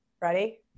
Ready